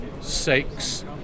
six